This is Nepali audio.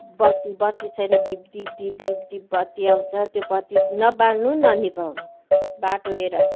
बत्ती बत्ती छैन धिप् धिप् धिप् धिप् धिप् बत्ती आउँछ त्यो बत्ती पनि न बाल्नु न निभाउनु बाटो हेर